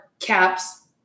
Caps